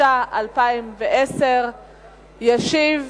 התש"ע 2010. ישיב